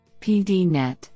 PDNet